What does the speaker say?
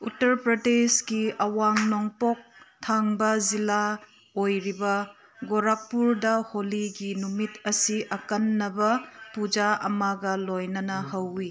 ꯎꯠꯇꯔ ꯄ꯭ꯔꯗꯦꯁꯀꯤ ꯑꯋꯥꯡ ꯅꯣꯡꯄꯣꯛ ꯊꯪꯕ ꯖꯤꯜꯂꯥ ꯑꯣꯏꯔꯤꯕ ꯒꯣꯔꯥꯛꯄꯨꯔꯗ ꯍꯣꯜꯂꯤꯒꯤ ꯅꯨꯃꯤꯠ ꯑꯁꯤ ꯑꯈꯟꯅꯕ ꯄꯨꯖꯥ ꯑꯃꯒ ꯂꯣꯏꯅꯅ ꯍꯧꯏ